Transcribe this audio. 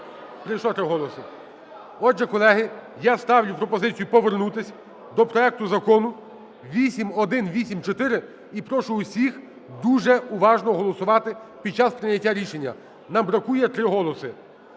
Отже, колеги, я ставлю пропозицію повернутися до проекту Закону 8184, і прошу усіх дуже уважно голосувати під час прийняття рішення. Нам бракує три голоси.